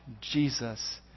Jesus